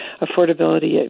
affordability